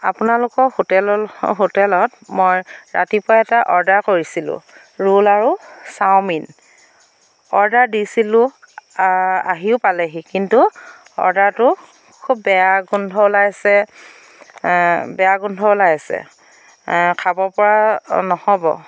আপোনালোকৰ হোটেল হোটেলত মই ৰাতিপুৱা এটা অৰ্ডাৰ কৰিছিলোঁ ৰোল আৰু চাউমিন অৰ্ডাৰ দিছিলোঁ আহিও পালেহি কিন্তু অৰ্ডাৰটো খুব বেয়া গোন্ধ ওলাইছে বেয়া গোন্ধ ওলাই আছে খাবপৰা নহ'ব